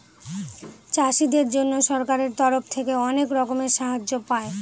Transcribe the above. চাষীদের জন্য সরকারের তরফ থেকে অনেক রকমের সাহায্য পায়